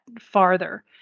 farther